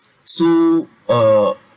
so uh